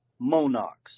monarchs